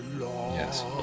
yes